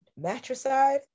Matricide